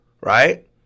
right